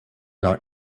not